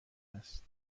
هست